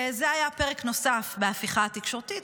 זה היה פרק נוסף בהפיכה התקשורתית,